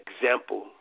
example